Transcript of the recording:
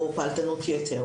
או פעלתנות יתר,